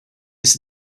jste